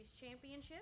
championship